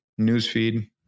newsfeed